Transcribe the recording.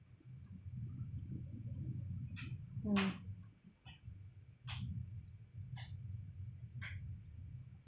mm